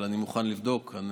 אבל אני מוכן לבדוק.